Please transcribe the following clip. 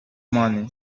money